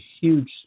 huge